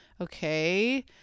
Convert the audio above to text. Okay